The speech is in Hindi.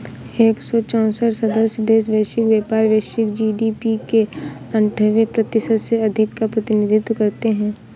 एक सौ चौसठ सदस्य देश वैश्विक व्यापार, वैश्विक जी.डी.पी के अन्ठान्वे प्रतिशत से अधिक का प्रतिनिधित्व करते हैं